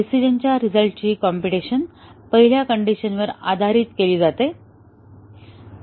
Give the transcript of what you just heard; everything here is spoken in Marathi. डिसिजनच्या रिझल्टची कॉम्प्युटेशन पहिल्या कंडिशनवर आधारित केली जाते